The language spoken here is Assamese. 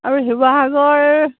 আৰু শিৱসাগৰ